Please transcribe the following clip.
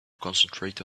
concentrate